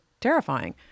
terrifying